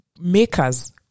makers